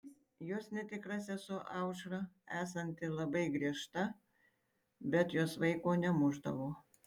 jos netikra sesuo aušra esanti labai griežta bet jos vaiko nemušdavo